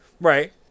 Right